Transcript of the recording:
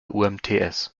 umts